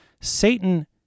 Satan